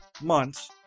months